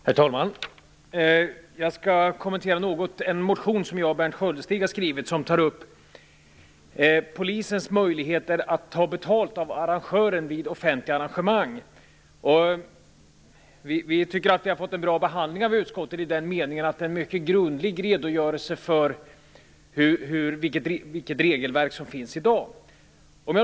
Herr talman! Jag skall något kommentera en motion som jag och Berndt Sköldestig har skrivit och där vi tar upp polisens möjligheter att ta betalt av arrangörer vid offentliga arrangemang. Vi tycker att motionen har fått en bra behandling i utskottet i den meningen att det ges en mycket grundlig redogörelse för det regelverk som i dag finns.